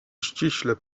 ściśle